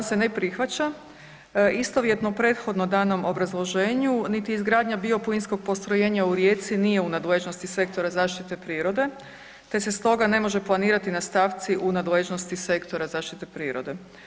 Istovjetno prethodno danom obrazloženju niti izgradnja bio plinskog postrojenja u Rijeci nije u nadležnosti sektora za zaštitu prirode te se stoga ne može planirati na stavci u nadležnosti sektora zaštite prirode.